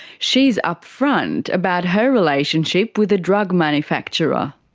she's upfront about her relationship with the drug manufacturer.